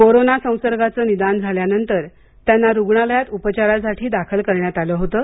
corona संसर्गाचं निदान झाल्यानंतर त्यांना रुग्णालयात उपचारासाठी दाखल करण्यात आलं होतं